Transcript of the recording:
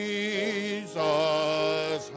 Jesus